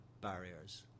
barriers